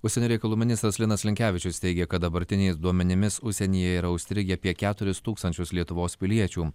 užsienio reikalų ministras linas linkevičius teigė kad dabartiniais duomenimis užsienyje yra užstrigę apie keturis tūkstančius lietuvos piliečių